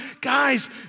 guys